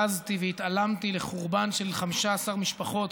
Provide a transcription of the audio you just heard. בזתי והתעלמתי מחורבן של 15 משפחות,